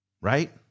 right